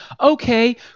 Okay